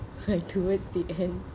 towards the end